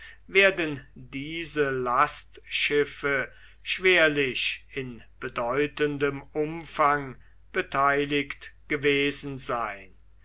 werden diese lastschiffe schwerlich in bedeutendem umfang beteiligt gewesen sein